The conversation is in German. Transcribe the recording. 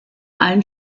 allen